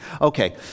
Okay